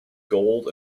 gold